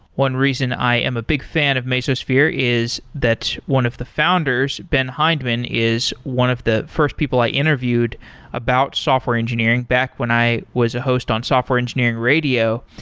one reason i am a big fan of mesosphere is that one of the founders, ben hindman, is one of the first people i interviewed about software engineering back when i was a host on software engineering radio,